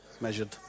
measured